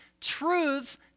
truths